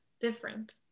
different